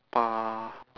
八